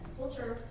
culture